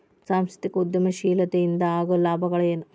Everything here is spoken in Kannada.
ಸಾಂಸ್ಥಿಕ ಉದ್ಯಮಶೇಲತೆ ಇಂದ ಆಗೋ ಲಾಭಗಳ ಏನು